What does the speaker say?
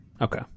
Okay